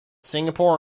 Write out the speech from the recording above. singapore